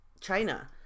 China